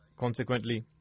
Consequently